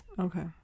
Okay